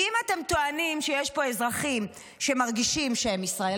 כי אם אתם טוענים שיש פה אזרחים שמרגישים שהם ישראל